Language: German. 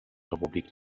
republik